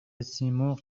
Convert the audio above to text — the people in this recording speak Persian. سیمرغ